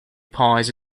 pies